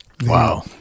Wow